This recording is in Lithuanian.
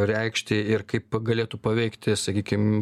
reikšti ir kaip galėtų paveikti sakykim